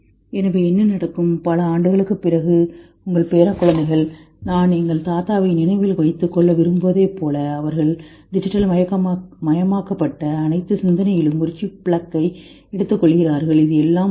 எனவே என்ன நடக்கும் பல ஆண்டுகளுக்குப் பிறகு உங்கள் பேரக்குழந்தைகள் நான் எங்கள் தாத்தாவை நினைவில் வைத்துக் கொள்ள விரும்புவதைப் போலவே அவர்கள் டிஜிட்டல் மயமாக்கப்பட்ட அனைத்து சிந்தனையிலும் ஒரு சிப் பிளக்கை எடுத்துக்கொள்கிறார்கள் இது எல்லாம் வருகிறது